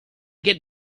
get